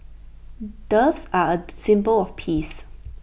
doves are A symbol of peace